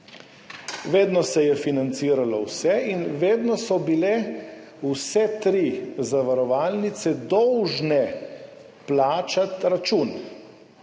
Vedno se je financiralo vse in vedno so bile vse tri zavarovalnice dolžne plačati račun.